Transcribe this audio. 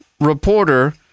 reporter